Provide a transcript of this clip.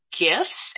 gifts